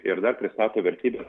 ir dar pristato vertybių